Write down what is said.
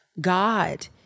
God